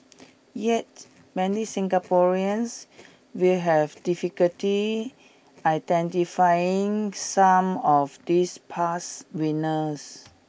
yet many Singaporeans will have difficulty identifying some of these past winners